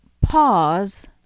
pause